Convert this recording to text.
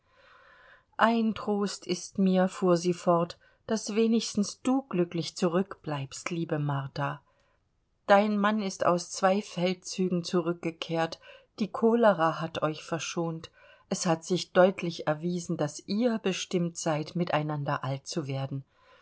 ein trost ist mir fuhr sie fort daß wenigstens du glücklich zurückbleibst liebe martha dein mann ist aus zwei feldzügen zurückgekehrt die cholera hat euch verschont es hat sich deutlich erwiesen daß ihr bestimmt seid miteinander alt zu werden